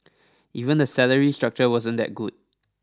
even the salary structure wasn't that good